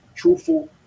truthful